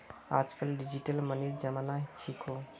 आजकल डिजिटल मनीर जमाना छिको